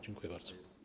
Dziękuję bardzo.